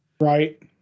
Right